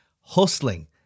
hustling